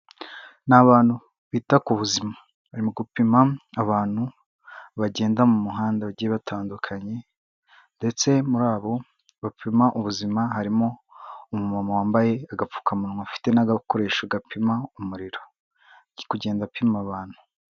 Ni abantu bita ku buzima, barimo gupima abantu bagenda mu muhanda bagiye batandukanye, ndetse muri abo bapima ubuzima harimo umumama wambaye agapfukamunwa, afite n'agakoresho gapima umuriro, ari kugenda apima abantu.